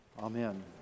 Amen